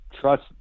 trust